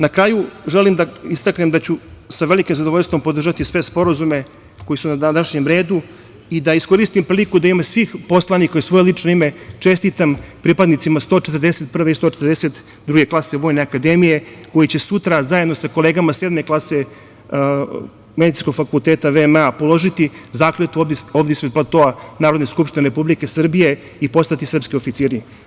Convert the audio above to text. Na kraju, želim da istaknem da ću sa velikim zadovoljstvom podržati sve sporazume koji su na današnjem dnevnom redu i da iskoristim priliku da u ime svih poslanika i u svoje lično ime čestitam pripadnicima 141. i 142. druge klase Vojne akademije koji će sutra zajedno sa kolegama Sedme klase Medicinskog fakulteta VMA položiti zakletvu ovde ispod platoa Narodne skupštine Republike Srbije i postati srpski oficiri.